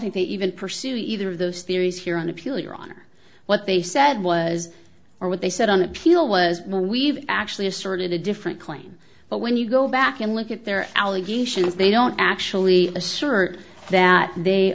think that even pursue either of those theories here on appeal your honor what they said was or what they said on appeal was more we've actually asserted a different claim but when you go back and look at their allegations they don't actually assert that they